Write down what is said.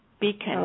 Beacon